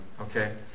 Okay